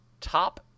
top